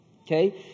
Okay